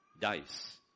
dies